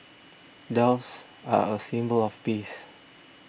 doves are a symbol of peace